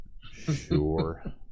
Sure